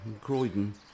Croydon